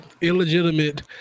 illegitimate